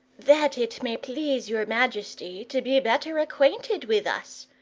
that it may please your majesty to be better acquainted with us,